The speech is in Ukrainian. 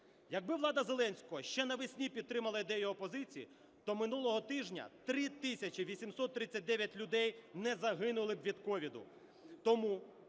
Якби влада Зеленського ще навесні підтримала ідею опозиції, то минулого тижня 3 тисячі 839 людей не загинули б від COVID.